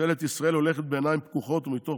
ממשלת ישראל הולכת בעיניים פקוחות ומתוך